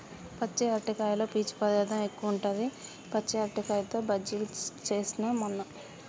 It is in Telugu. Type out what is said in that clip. పచ్చి అరటికాయలో పీచు పదార్ధం ఎక్కువుంటది, పచ్చి అరటికాయతో బజ్జిలు చేస్న మొన్న